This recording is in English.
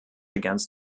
against